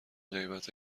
قیمت